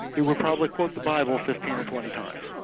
you would probably quote the bible fifteen or twenty times.